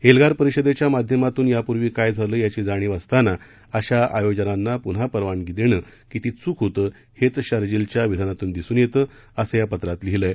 एल्गार परिषदेच्या माध्यमातून यापूर्वी काय झालं याची जाणीव असताना अशा आयोजनांना पुन्हा परवानगी देणं किती चूक होतं हेच शरजीलच्या विधानांतून दिसून येतं असं या पत्रात लिहिलंय